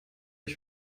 ich